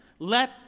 Let